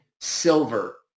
silver